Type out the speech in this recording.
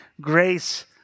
grace